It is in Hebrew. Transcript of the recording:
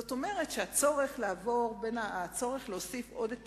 זאת אומרת, שהצורך להוסיף עוד את